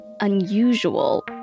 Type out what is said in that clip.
unusual